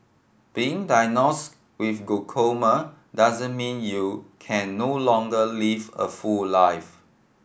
being diagnosed with glaucoma doesn't mean you can no longer live a full life